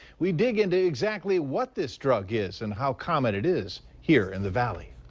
we dig into exactly what this drug is and how common it is here in the valley.